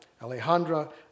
Alejandra